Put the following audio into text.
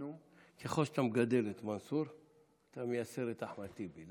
ככל שאתה מגדל את מנסור אתה מייסר את אחמד טיבי.